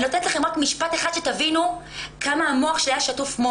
אני נותנת לכם רק משפט אחד שתבינו כמה המוח שלי היה שטוף.